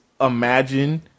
imagine